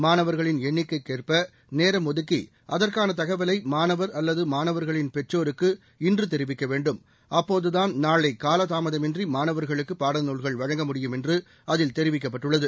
மாணவர்களின் எண்ணிக்கைக்கேற்ப நேரம் ஒதுக்கி அதற்கான தகவலை மாணவர் அல்லது மாணவர்களின் பெற்றோருக்கு தெரிவிக்க வேண்டும் அப்போதுதான் காலதாமதமின்றி மாணவர்களுக்கு பாடநூல்கள் வழங்க முடியும் என்று அதில் தெரிவிக்கப்பட்டுள்ளது